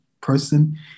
person